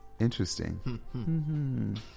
Interesting